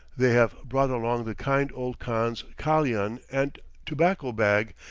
they have brought along the kind old kahn's kalian and tobacco-bag,